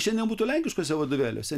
šiandien būtų lenkiškuose vadovėliuose